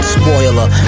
spoiler